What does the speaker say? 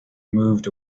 moved